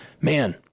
Man